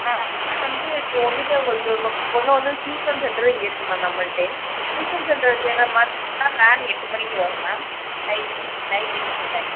ma'am இப்போ வந்து இப்போ வந்துட்டு உங்களுக்கு உங்கள் பொண்ணு வந்து டியூஷன் சென்டர் இங்கே வந்து இருக்குது மேம் நம்மள்கிட்டேயே டியூஷன் சென்டர் சேர்கிற மாதிரி இருந்தால் வேன் எட்டு மணிக்கு வரும் மேம் நைட் ஈவி நைட் எட்டு மணி ஆகிடும் மேம்